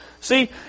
See